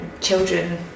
children